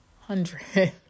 hundred